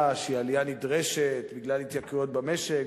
שהיא עלייה נדרשת בגלל התייקרויות במשק,